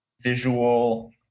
visual